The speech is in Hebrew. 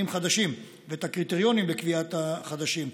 חדשים ואת הקריטריונים לקביעת החדשים,